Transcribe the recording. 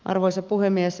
arvoisa puhemies